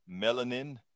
melanin